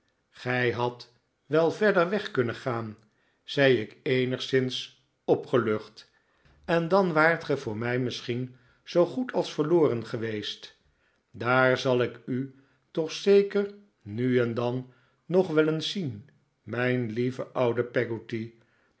gij hadt wel verder weg kunnen gaan zei ik eenigszins opgelucht en dan waart ge voor mij misschien zoo goed als verloren geweest daar zal ik u toch zeker nu en dan nog wel eens zien mijn lieve oude